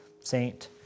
Saint